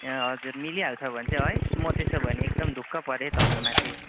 ए हजुर मिलिहाल्छ भने चाहिँ है म त्यसो भने एकदम ढुक्क परे है तपाईँ माथि